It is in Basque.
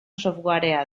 softwarea